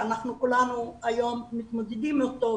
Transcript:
שאנחנו כולנו היום מתמודדים איתו,